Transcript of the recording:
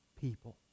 people